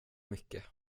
mycket